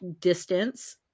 distance